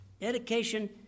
Education